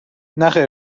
نخیر